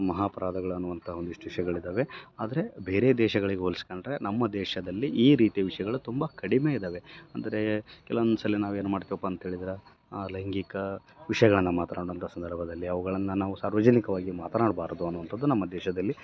ಮಹಾ ಅಪರಾಧಗಳ್ ಅನ್ನುವಂಥ ಒಂದಿಷ್ಟು ವಿಷಯಗಳಿದ್ದಾವೆ ಆದರೆ ಬೇರೆ ದೇಶಗಳಿಗೆ ಹೋಲಿಸ್ಕೊಂಡ್ರೆ ನಮ್ಮ ದೇಶದಲ್ಲಿ ಈ ರೀತಿ ವಿಷಯಗಳು ತುಂಬ ಕಡಿಮೆ ಇದಾವೆ ಅಂದರೆ ಕೆಲವೊಂದ್ಸಲಿ ನಾವೇನು ಮಾಡ್ತಿವಪ್ಪ ಅಂತೇಳಿದ್ರ ಲೈಂಗಿಕ ವಿಷಯಗಳನ್ನ ಮಾತನಾಡುವಂಥ ಸಂದರ್ಭದಲ್ಲಿ ಅವುಗಳನ್ನ ನಾವು ಸಾರ್ವಜನಿಕವಾಗಿ ಮಾತನಾಡ್ಬಾರದು ಅನ್ನೋವಂಥದ್ದು ನಮ್ಮ ದೇಶದಲ್ಲಿ